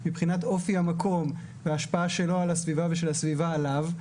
מבחינת אופי המקום וההשפעה שלו על הסביבה ושל הסביבה עליו,